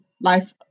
life